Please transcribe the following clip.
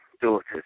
daughters